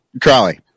Crowley